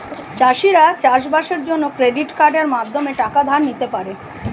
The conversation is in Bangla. চাষিরা চাষবাসের জন্য ক্রেডিট কার্ডের মাধ্যমে টাকা ধার নিতে পারে